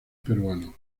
peruanos